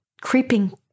creeping